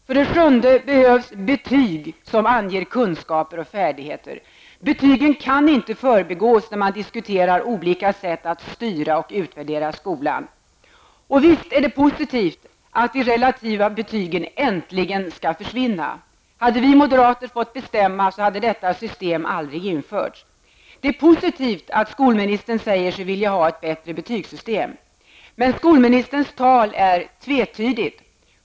För det sjunde behövs betyg som anger kunskaper och färdigheter. Betygen kan inte förbigås när man diskuterar olika sätt att styra och utvärdera skolan. Visst är det positivt att de relativa betygen äntligen skall försvinna. Hade vi moderater fått bestämma hade detta system aldrig införts. Det är positivt att skolministern säger sig vilja ha ett bättre betygssystem. Men skolministerns tal är tvetydigt.